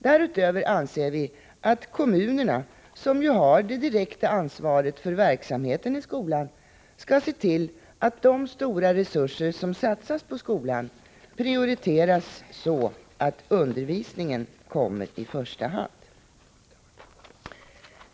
Därutöver anser vi att kommunerna — som ju har det direkta ansvaret för verksamheten i skolan — skall se till att de stora resurser som satsas på skolan prioriteras så att undervisningen kommer i första hand.